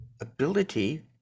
ability